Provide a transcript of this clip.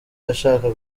ashaka